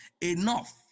enough